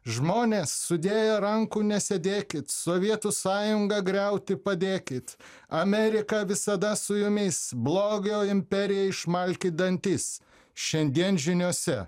žmonės sudėję rankų nesėdėkit sovietų sąjungą griauti padėkit amerika visada su jumis blogio imperijai išmalkit dantis šiandien žiniose